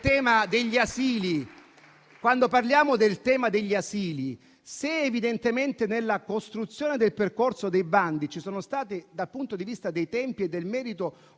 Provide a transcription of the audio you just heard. quando parliamo del tema degli asili, evidentemente, nella costruzione del percorso dei bandi, dal punto di vista dei tempi e del merito